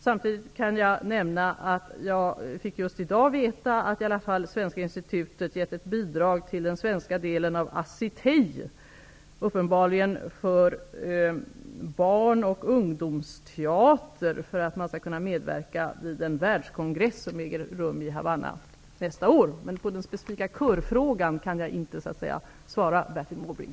Samtidigt kan jag nämna att jag i dag fick veta att i alla fall Svenska institutet givit ett bidrag till barn och ungdomsteater för att man skall kunna medverka vid en världskongress som äger rum i Havanna nästa år. På den specifika körfrågan kan jag inte svara Bertil Måbrink.